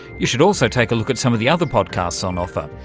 you should also take a look at some of the other podcasts on offer.